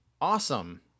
awesome